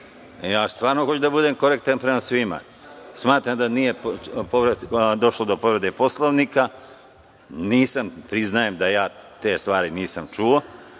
Stvarno hoću da budem konkretan prema svima. Smatram da nije došlo do povrede Poslovnika. Priznajem da te stvari nisam čuo. Da